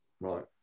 right